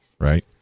right